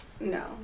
No